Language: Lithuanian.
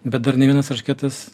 bet dar nei vienas eršketas